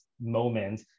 moment